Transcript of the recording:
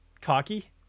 cocky